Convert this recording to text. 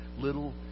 little